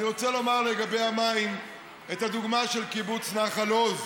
אני רוצה להביא לגבי המים את הדוגמה של קיבוץ נחל עוז.